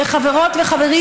וחברות וחברים,